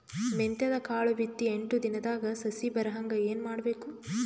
ಮೆಂತ್ಯದ ಕಾಳು ಬಿತ್ತಿ ಎಂಟು ದಿನದಾಗ ಸಸಿ ಬರಹಂಗ ಏನ ಮಾಡಬೇಕು?